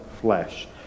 flesh